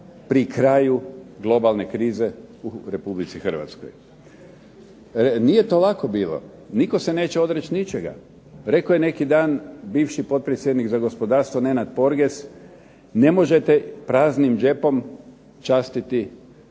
pri kraju globalne krize u Republici Hrvatskoj. Nije to lako bilo, nitko se neće odreći ničega. Rekao je neki dan bivši potpredsjednik za gospodarstvo Nenad Porges ne možete praznim džepom častiti cijelu